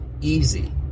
easy